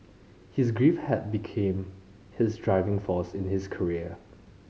his grief had became his driving force in his career